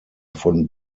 von